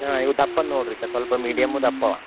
ಹಾಂ ಇವ ದಪ್ಪನ ನೋಡ್ರಿಕ ಸ್ವಲ್ಪ ಮೀಡಿಯಮ್ ದಪ್ಪ ಅವ